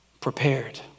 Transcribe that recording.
prepared